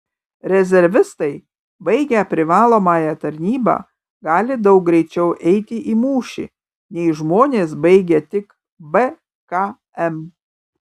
rezervistai baigę privalomąją tarnybą gali daug greičiau eiti į mūšį nei žmonės baigę tik bkm